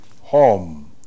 home